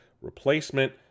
replacement